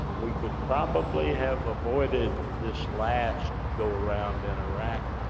we could probably have avoided this last go-round in iraq,